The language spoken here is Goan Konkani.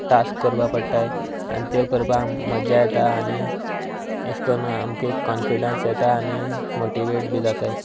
टास्क करपा पडटात आनी त्यो करपाक मज्जा येता आनी अशें करून आमकां कॉन्फिडस येता आनी मोटिवेट बी जातात